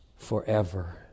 forever